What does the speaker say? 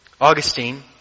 Augustine